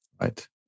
Right